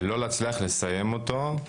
לא להצליח לסיים אותו,